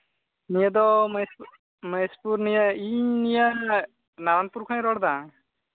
ᱱᱤᱭᱟᱹ ᱫᱚ ᱢᱚᱦᱮᱥᱯᱩᱨ ᱱᱤᱭᱟᱹ ᱤᱧ ᱱᱤᱭᱟᱹ ᱱᱟᱨᱟᱱᱯᱩᱨ ᱠᱷᱚᱱ ᱤᱧ ᱨᱚᱲ ᱮᱫᱟ